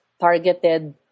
targeted